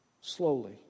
Slowly